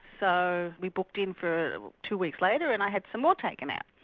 so we booked in for two weeks later and i had some more taken out.